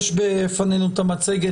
יש בפנינו את המצגת.